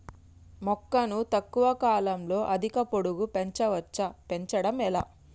మొక్కను తక్కువ కాలంలో అధిక పొడుగు పెంచవచ్చా పెంచడం ఎలా?